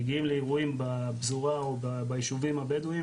מגיעים לאירועים בפזורה או ביישובים הבדואים